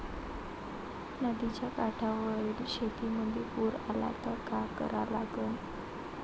नदीच्या काठावरील शेतीमंदी पूर आला त का करा लागन?